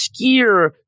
Skier